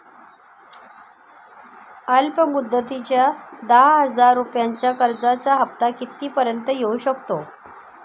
अल्प मुदतीच्या दहा हजार रुपयांच्या कर्जाचा हफ्ता किती पर्यंत येवू शकतो?